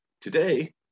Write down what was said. Today